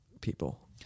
people